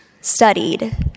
studied